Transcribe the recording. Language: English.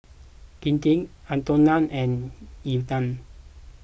Kinte Antone and Ilda